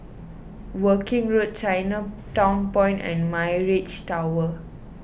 Woking Road Chinatown Point and Mirage Tower